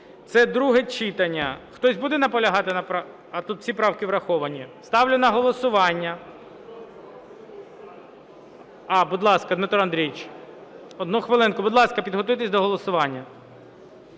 Це друге читання. Хтось буде наполягати на правках? А, тут всі правки враховані. Ставлю на голосування... Будь ласка, Дмитре Андрійовичу. Одну хвилинку. Будь ласка, підготуйтесь до голосування.